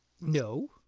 No